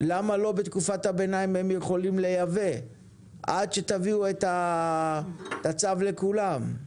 למה לא בתקופת הביניים הם יכולים לייבא עד שתביאו את הצו לכולם?